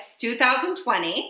2020